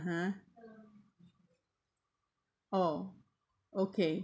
oh okay